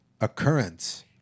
Occurrence